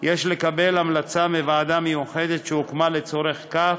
יש לקבל המלצה מוועדה מיוחדת שהוקמה לצורך כך,